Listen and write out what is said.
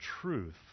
truth